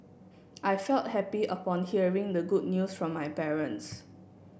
I felt happy upon hearing the good news from my parents